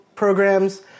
programs